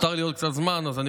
נותר לי עוד קצת זמן, אז אני